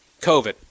COVID